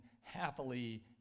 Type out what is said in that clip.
happily